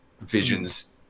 visions